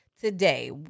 today